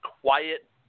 quiet